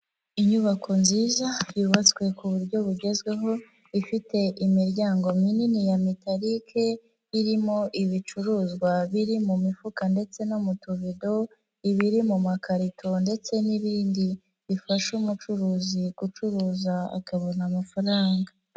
Inyubako nziza yubatswe ku buryo bugezweho, ifite imiryango minini ya metalike, irimo ibicuruzwa biri mu mifuka ndetse no mu tuvido, ibiri mu makarito ndetse n'ibindi bifasha umucuruzi gucuruza akabona amafaranga.